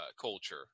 Culture